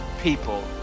people